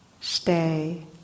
Stay